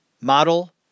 Model